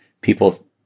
people